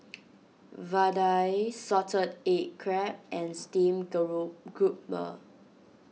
Vadai Salted Egg Crab and Steamed Group Grouper